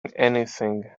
anything